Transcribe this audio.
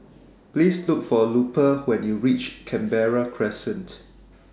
Please Look For Lupe when YOU REACH Canberra Crescent